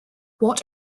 what